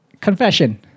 Confession